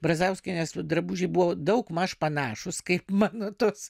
brazauskienės drabužiai buvo daugmaž panašūs kaip mano tos